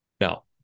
Now